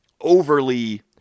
overly